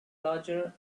larger